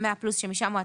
והם לא יפורטו בחוק,